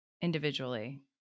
individually